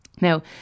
now